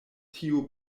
tiu